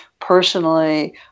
personally